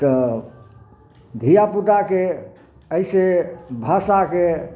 तऽ धिया पुताके एहिसे भाषाके